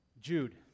Jude